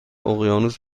اقیانوس